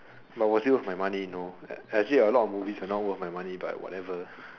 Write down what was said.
but was it worth my money no actually a lot of movie are not worth my money but whatever